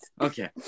Okay